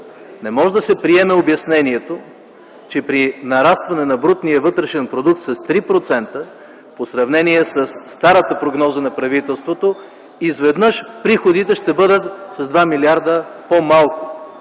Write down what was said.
Не може да се приеме обяснението, че при нарастване на брутния вътрешен продукт с 3% в сравнение със старата прогноза на правителството, изведнъж приходите ще бъдат с 2 млрд. лв. по-малко,